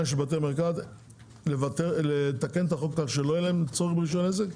ולבקש לתקן את החוק כך שלא יהיה צורך ברישיון עסק,